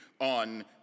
on